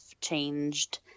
changed